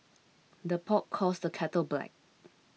the pot calls the kettle black